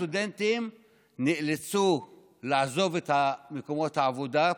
הסטודנטים נאלצו לעזוב את מקומות העבודה,